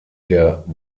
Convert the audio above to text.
der